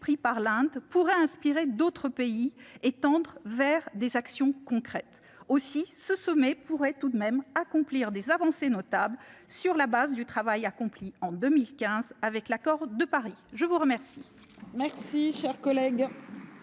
pris par l'Inde, qui pourraient inspirer d'autres pays et tendre vers des actions concrètes. Ainsi, ce sommet pourrait tout de même permettre des avancées notables, sur la base du travail accompli en 2015 avec l'accord de Paris. La parole